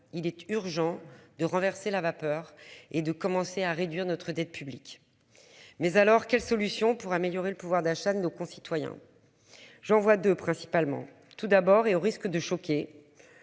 Il est urgent de renverser la vapeur et de commencer à réduire notre dette publique. Mais alors, quelles solutions pour améliorer le pouvoir d'achat de nos concitoyens. J'envoie de principalement tout d'abord et au risque de choquer.